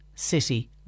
city